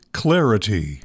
clarity